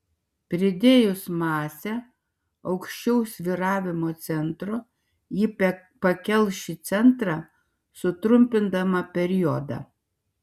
pridėjus masę aukščiau svyravimo centro ji pakels šį centrą sutrumpindama periodą